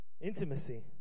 Intimacy